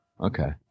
Okay